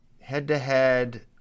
head-to-head